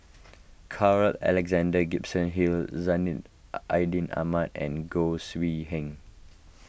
Carl Alexander Gibson Hill Zainal Ahmad and Goi